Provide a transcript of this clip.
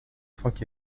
franck